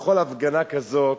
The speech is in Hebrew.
בכל הפגנה כזאת